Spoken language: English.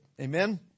Amen